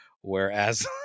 whereas